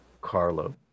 Carlo